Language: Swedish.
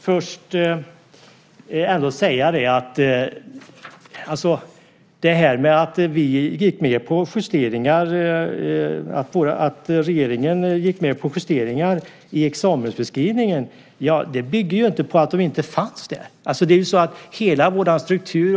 Fru talman! Att regeringen gick med på justeringar i examensbeskrivningen bygger inte på att dessa saker inte fanns där.